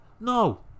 No